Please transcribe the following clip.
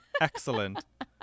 Excellent